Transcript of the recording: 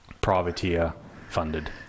privateer-funded